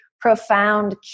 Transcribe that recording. profound